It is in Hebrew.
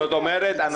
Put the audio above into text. זאת אומרת,